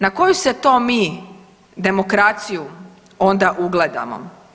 Na koju se to mi demokraciju onda ugledamo?